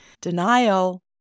Denial